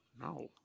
No